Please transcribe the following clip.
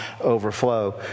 overflow